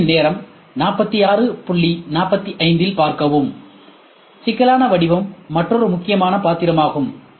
திரையின் நேரம் 4645இல் பார்க்கவும் சிக்கலான வடிவம் மற்றொரு முக்கியமான பாத்திரமாகும்